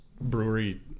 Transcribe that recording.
brewery